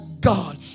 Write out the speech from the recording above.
God